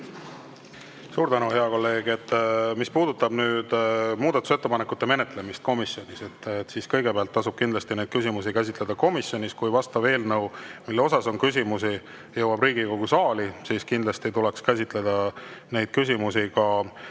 Suur tänu, hea kolleeg! Mis puudutab muudatusettepanekute menetlemist komisjonis, siis kõigepealt tasub kindlasti neid küsimusi käsitleda komisjonis. Kui eelnõu, mille kohta on küsimusi, jõuab Riigikogu saali, siis kindlasti tuleks käsitleda neid küsimusi ka